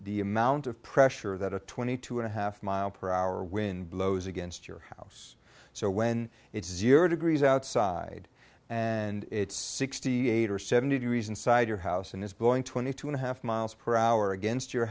the amount of pressure that a twenty two and a half mile per hour wind blows against your house so when it's zero degrees outside and it's sixty eight or seventy degrees inside your house and is going to need two and a half miles per hour against your